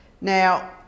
Now